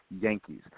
Yankees